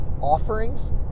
offerings